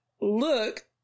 look